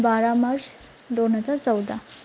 बारा मार्च दोन हजार चौदा